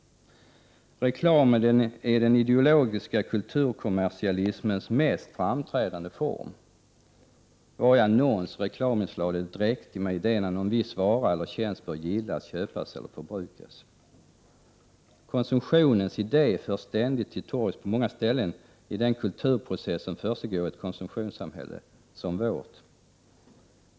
Reklamen är den ideologiska kulturkommersialismens mest framträdande form. Varje annons och reklaminslag är dräktig med idén att någon viss vara eller tjänst bör gillas, köpas och förbrukas. Konsumtionens idé förs ständigt till torgs på många ställen i den kulturprocess som försiggår i ett konsumtionssamhälle som vårt.